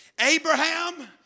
Abraham